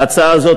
ההצעה הזאת,